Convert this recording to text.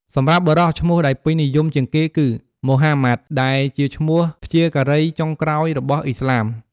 សម្រាប់បុរស ឈ្មោះដែលពេញនិយមជាងគេគឺ ម៉ូហាម៉ាត់ ដែលជាឈ្មោះព្យាការីចុងក្រោយរបស់ឥស្លាម។